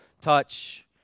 touch